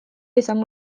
izango